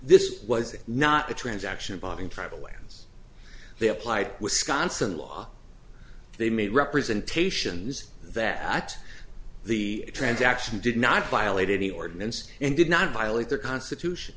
this was not a transaction bonding tribal lands they applied wisconsin law they made representations that the transaction did not violate any ordinance and did not violate their constitution